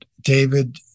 David